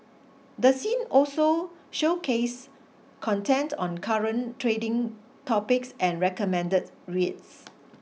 the seen also showcase content on current trading topics and recommended reads